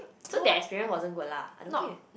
so that experience wasn't good lah I don't think you